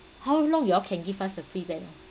how long you all can give us the prevent